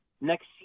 next